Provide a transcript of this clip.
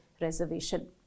reservation